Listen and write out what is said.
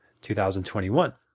2021